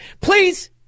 Please